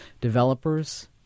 Developers